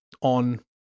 on